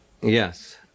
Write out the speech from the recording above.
Yes